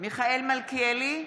מיכאל מלכיאלי,